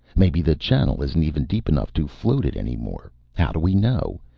maybe the channel isn't even deep enough to float it any more how do we know?